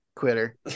Quitter